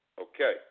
Okay